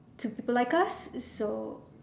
to people like us so